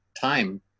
time